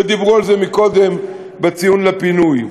ודיברו על זה קודם בדיון בפינוי.